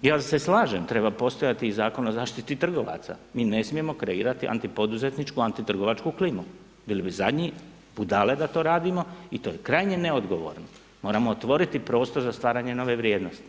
Ja se slažem, treba postojati i Zakon o zaštiti trgovaca, mi ne smijemo kreirati antipoduzetničku, antitrgovačku klimu, bili bi zadnji budale da to radimo i to je krajnje neodgovorno, moramo otvoriti prostor za stvaranje nove vrijednosti